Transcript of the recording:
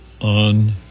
on